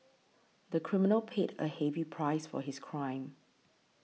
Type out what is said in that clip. the criminal paid a heavy price for his crime